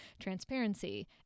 transparency